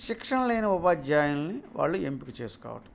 శిక్షణ లేని ఉపాధ్యాయులని వాళ్ళు ఎంపిక చేసుకోవటం